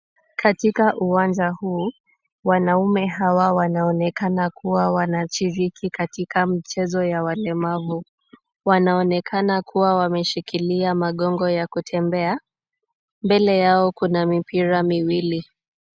Katika uwanja huu, wanaume hawa wanaonekana kuwa wanashiriki katika mchezo ya walemavu. Wanaonekana kuwa wameshikilia magongo ya kutembea. Mbele yao kuna mipira miwili.